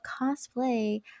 cosplay